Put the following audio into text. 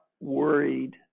worried